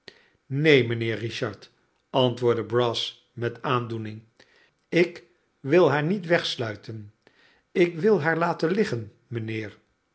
mijnheer richard antwoordde brass met aandoening ik wil haar niet wegsluiten ik wil haar daar laten liggen